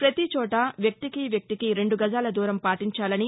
ప్రతిచోటా వ్యక్తికి వ్యక్తికి రెండు గజాల దూరం పాటించాలని